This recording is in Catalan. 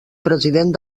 president